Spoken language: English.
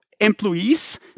employees